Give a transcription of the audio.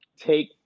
take